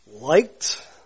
liked